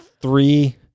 three